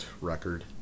record